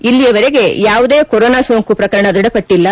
ಇಲ್ಲಿಯವರೆಗೆ ಯಾವುದೇ ಕೊರೊನಾ ಸೋಂಕು ಪ್ರಕರಣ ದೃಢಪಟ್ಟಲ್ಲ